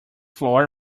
floor